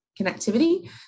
connectivity